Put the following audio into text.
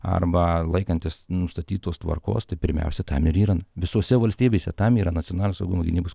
arba laikantis nustatytos tvarkos tai pirmiausia tam ir yra visose valstybėse tam yra nacionalinio saugumo gynybos